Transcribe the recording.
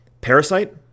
Parasite